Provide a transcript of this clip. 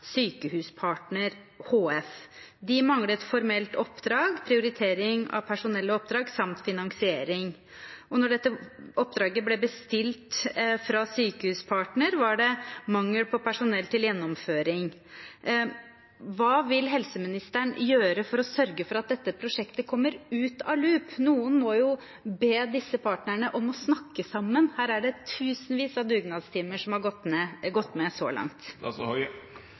Sykehuspartner HF. De manglet formelt oppdrag, prioritering av personell og oppdrag samt finansiering, og da dette oppdraget ble bestilt fra Sykehuspartner HF, var det mangel på personell til gjennomføring. Hva vil helseministeren gjøre for å sørge for at dette prosjektet kommer ut av loop? Noen må jo be disse partnerne om å snakke sammen. Her er det tusenvis av dugnadstimer som har gått med så langt.